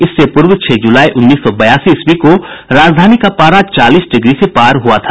इससे पूर्व छह जुलाई उन्नीस सौ बयासी ईस्वी को राजधानी का पारा चालीस डिग्री से पार हुआ था